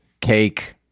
cake